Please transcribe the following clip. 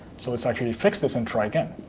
so let's actually fix this and try again.